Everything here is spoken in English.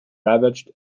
ravaged